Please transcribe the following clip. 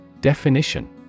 Definition